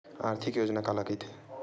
आर्थिक योजना काला कइथे?